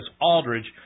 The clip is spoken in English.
Aldridge